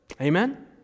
Amen